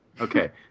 Okay